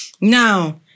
Now